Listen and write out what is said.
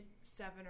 seven